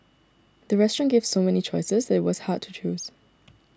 the restaurant gave so many choices that it was hard to choose